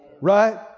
Right